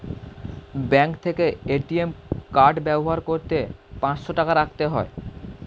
bank থেকে ATM card ব্যবহার করতে পাঁচশো টাকা রাখতে হয়